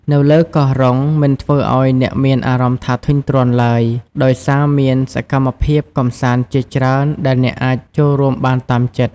នៅលើកោះរ៉ុង មិនធ្វើឲ្យអ្នកមានអារម្មណ៍ថាធុញទ្រាន់ឡើយ ដោយសារមានសកម្មភាពកម្សាន្តជាច្រើនដែលអ្នកអាចចូលរួមបានតាមចិត្ត។